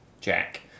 Jack